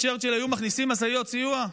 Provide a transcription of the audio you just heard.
טרומן וצ'רצ'יל היו מכניסים משאיות סיוע?